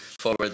forward